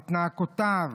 את נאקותיו,